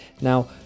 Now